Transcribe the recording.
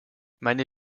meine